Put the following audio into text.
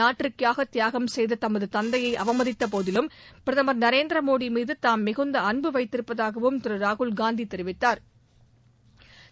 நாட்டிற்காக தியாகம் செய்த தமது தந்தையை அவமதித்த போதிலும் பிரதமர் திரு நரேந்திர மோடி மீது தாம் மிகுந்த அன்பு வைத்திருப்பதாகவும் திரு ராகுல் காந்தி தெரிவித்தாா்